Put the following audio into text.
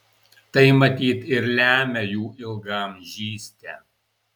tai matyt ir lemia jų ilgaamžystę